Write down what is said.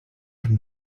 from